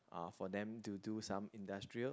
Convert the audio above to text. uh for them to do some industrial